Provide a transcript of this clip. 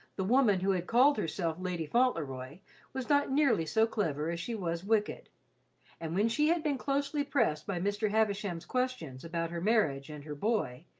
the woman who had called herself lady fauntleroy was not nearly so clever as she was wicked and when she had been closely pressed by mr. havisham's questions about her marriage and her boy,